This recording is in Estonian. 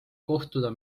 kohtuda